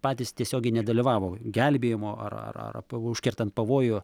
patys tiesiogiai nedalyvavo gelbėjimo ar ar ar p užkertant pavojų